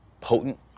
potent